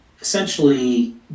essentially